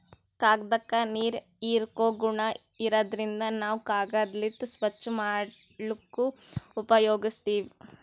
ಕಾಗ್ದಾಕ್ಕ ನೀರ್ ಹೀರ್ಕೋ ಗುಣಾ ಇರಾದ್ರಿನ್ದ ನಾವ್ ಕಾಗದ್ಲಿಂತ್ ಸ್ವಚ್ಚ್ ಮಾಡ್ಲಕ್ನು ಉಪಯೋಗಸ್ತೀವ್